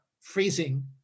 freezing